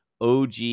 og